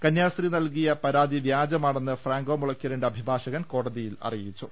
കന്യാസ്ത്രീ നൽകിയ പരാതി വ്യാജമാണെന്ന് ഫ്രാങ്കോ മുളയ്ക്കലിന്റെ അഭിഭാഷകൻ കോടതിയിൽ അറിയിച്ചു